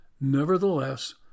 Nevertheless